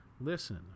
Listen